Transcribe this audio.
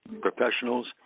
professionals